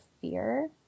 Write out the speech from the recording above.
fear